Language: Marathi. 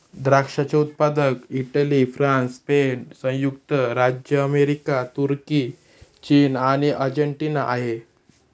द्राक्षाचे उत्पादक इटली, फ्रान्स, स्पेन, संयुक्त राज्य अमेरिका, तुर्की, चीन आणि अर्जेंटिना आहे